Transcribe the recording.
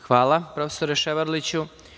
Hvala, prof. Ševarliću.